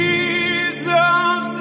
Jesus